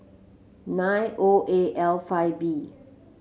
nine O A L five B